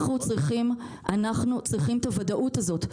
אנחנו צריכים את הוודאות הזאת,